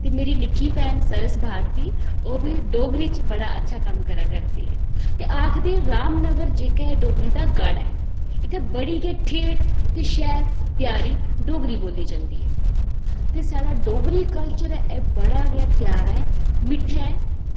ते मेरी निक्की भैन सरस भारती ओह्बी डोगरी च बड़ा अच्छा कम्म करा करदी ऐ ते आक्खदे की रामनगर जेह्ड़ा डोगरी दा गढ़ ऐ ते इत्थे बड़ी गै ठेठ शैल ते प्यारी डोगरी बोली जंदी ते साढ़ा डोगरी कल्चर ऐ एह् बड़ा गै प्यारा ऐ मिट्ठा ऐ